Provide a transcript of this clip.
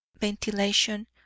ventilation